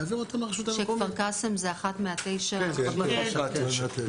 יעביר אותם לרשות המקומית.